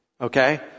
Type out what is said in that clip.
Okay